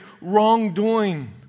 wrongdoing